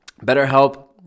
BetterHelp